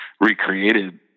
recreated